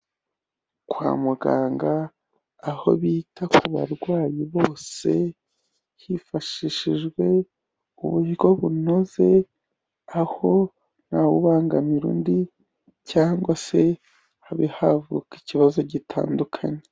Kwa muganga aho bita ku barwayi bose hifashishijwe uburyo bunoze, aho ntawubangamira undi cyangwa se habi havuka ikibazo gitandukanye.